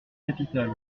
capitale